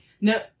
No